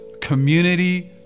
community